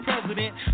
president